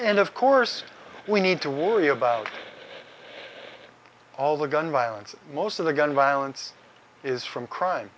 and of course we need to warn you about all the gun violence and most of the gun violence is from crime